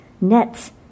nets